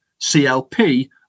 CLP